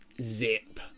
Zip